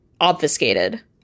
obfuscated